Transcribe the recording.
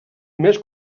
més